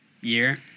year